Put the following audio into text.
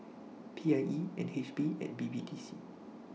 PIE NHB and BBDC